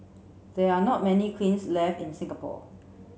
there are not many kilns left in Singapore